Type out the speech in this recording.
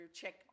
check